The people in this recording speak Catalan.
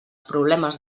problemes